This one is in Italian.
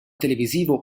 televisivo